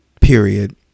Period